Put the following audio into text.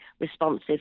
responsive